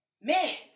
Man